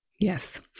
Yes